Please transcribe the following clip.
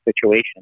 situation